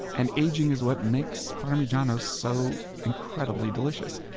and aging is what makes parmigiano so incredibly delicious.